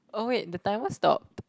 oh wait the timer stopped